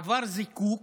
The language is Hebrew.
עבר זיקוק